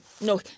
No